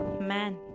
man